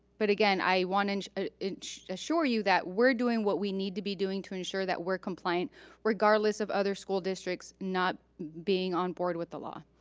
but again, i wanna and ah assure you that we're doing what we need to be doing to ensure that we're compliant regardless of other school districts not being on board with the law.